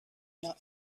not